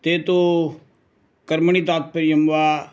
ते तु कर्मणि तात्पर्यं वा